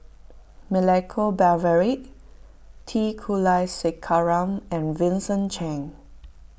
Milenko Prvacki T Kulasekaram and Vincent Cheng